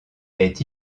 est